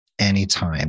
Anytime